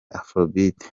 afrobeat